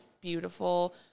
beautiful